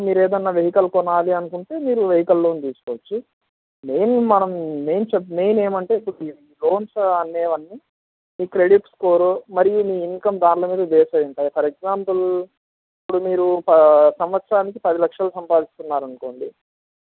మీరేదైనా వెహికల్ కొనాలి అనుకుంటే మీరు వెహికల్ లోన్ తీసుకోవచ్చు లేదు మనం మెయిన్ చెప్ మెయిన్ ఏంటంటే ఇప్పుడు లోన్స్ అనేవి అన్నీ మీ క్రెడిట్ స్కోర్ మరియు మీ ఇన్కమ్ దాని మీద బేస్ అయ్యి ఉంటుంది ఫర్ ఎగ్జాంపుల్ ఇప్పుడు మీరు పా సంవత్సరానికి పది లక్షలు సంపాదిస్తున్నారనుకోండి